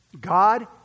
God